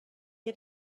had